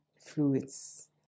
fluids